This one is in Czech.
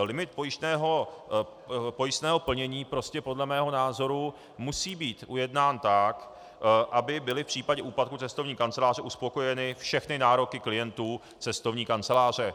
Limit pojistného plnění prostě podle mého názoru musí být ujednán tak, aby byly v případě úpadku cestovní kanceláří uspokojeny všechny nároky klientů cestovní kanceláře.